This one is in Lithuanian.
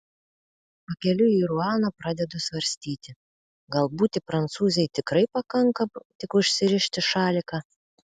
pakeliui į ruaną pradedu svarstyti gal būti prancūzei tikrai pakanka tik užsirišti šaliką